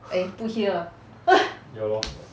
eh put here